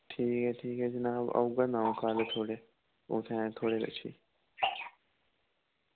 ठीक ऐ ठीक ऐ जनाब औगा अं'ऊ थुआढ़े उत्थै थुआढ़े कच्छ गी